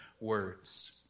words